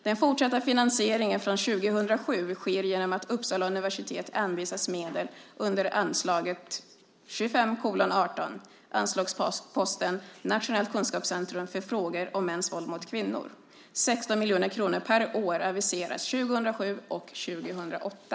Den fortsatta finansieringen från 2007 sker genom att Uppsala universitet anvisas medel under anslaget 25:18, anslagsposten Nationellt kunskapscentrum för frågor om mäns våld mot kvinnor. 16 miljoner kronor per år aviseras 2007 och 2008.